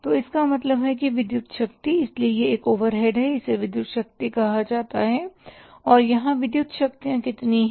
तो इसका मतलब है विद्युत शक्ति इसलिए यह एक ओवरहेड है जिसे विद्युत शक्ति कहा जाता है और यहाँ विद्युत शक्तियाँ कितनी हैं